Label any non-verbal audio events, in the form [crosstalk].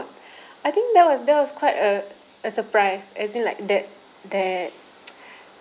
[breath] I think that was that was quite a a surprise as in like that that [noise]